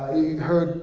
you heard